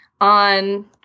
on